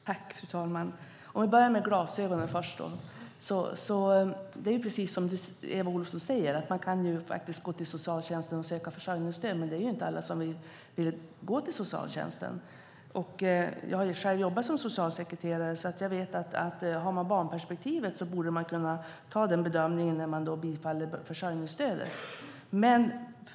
Fru talman! Vi börjar med glasögonen. Det är precis som Eva Olofsson säger. Man kan faktiskt gå till socialtjänsten och söka försörjningsstöd, men det är inte alla som vill gå till socialtjänsten. Jag har själv jobbat som socialsekreterare, och jag vet att om man har barnperspektivet borde man kunna ta med den bedömningen när man bifaller försörjningsstödet.